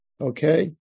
Okay